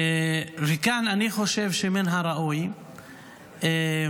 כאן אני חושב שמן הראוי לקדם,